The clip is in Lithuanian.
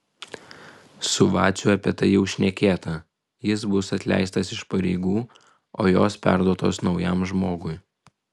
su vaciu apie tai jau šnekėta jis bus atleistas iš pareigų o jos perduotos naujam žmogui